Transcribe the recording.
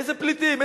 איזה פליטים?